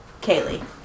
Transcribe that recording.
Kaylee